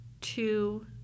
two